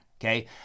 Okay